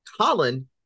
Colin